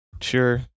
sure